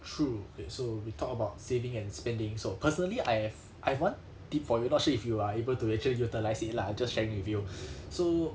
true okay so we talk about saving and spending so personally I have I've one tip for you not sure if you are able to actually utilise it lah just sharing with you so